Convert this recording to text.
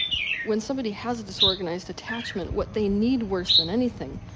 when somebody has a disorganized attachment what they need worse than anything,